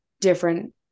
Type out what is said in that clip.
different